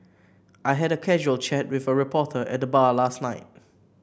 I had a casual chat with a reporter at the bar last night